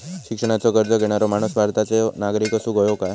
शिक्षणाचो कर्ज घेणारो माणूस भारताचो नागरिक असूक हवो काय?